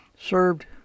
served